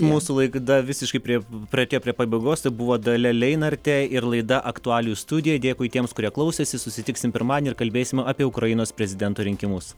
mūsų laikda visiškai prie priartėjo prie pabaigos tai buvo dalia leinartė ir laida aktualijų studija dėkui tiems kurie klausėsi susitiksim pirmadienį ir kalbėsim apie ukrainos prezidento rinkimus